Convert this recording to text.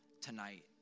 tonight